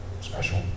special